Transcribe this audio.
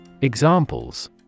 Examples